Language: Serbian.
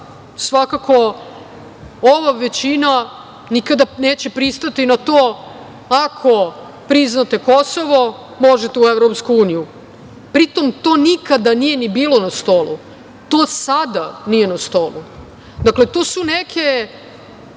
svakako ova većina nikada neće pristati na to ako priznate Kosovo možete u EU.Pritom, to nikada nije ni bilo na stolu. To sada nije na stolu. To su neke